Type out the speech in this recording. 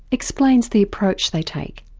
explains the approach they take.